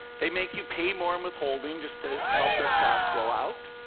they make you pay more in withholding just to help their cash flow out.